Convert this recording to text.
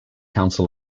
council